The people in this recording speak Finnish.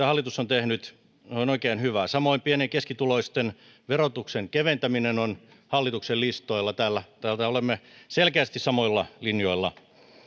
hallitus on tehnyt se on oikein hyvä samoin pieni ja keskituloisten verotuksen keventäminen on hallituksen listoilla täällä tässä olemme selkeästi samoilla linjoilla